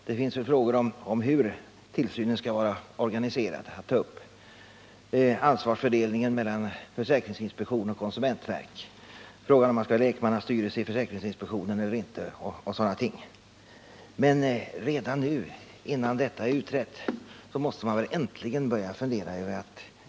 Det finns väl frågor om hur tillsynen skall vara organiserad att ta upp liksom frågor om ansvarsfördelningen mellan försäkringsinspektionen och konsumentverket, frågan om man skall ha lekmannastyrelse i försäkringsinspektionen eller inte och sådana ting. Men redan nu, innan detta är utrett, måste man börja fundera över att göra något.